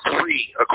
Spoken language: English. three